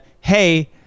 hey